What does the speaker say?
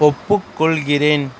ஒப்புக்கொள்கிறேன்